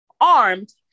armed